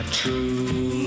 true